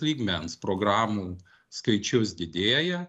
lygmens programų skaičius didėja